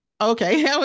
Okay